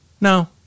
no